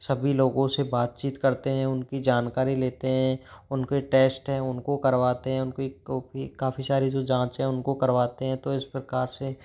सभी लोगों से बातचीत करते हैं उनकी जानकारी लेते हैं उनके टेस्ट है उनको करवाते हैं उनकी काफ़ी सारी जो जाँच हैं उनको करवाते हैं तो इस प्रकार से